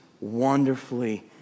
wonderfully